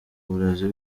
uburezi